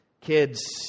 Kids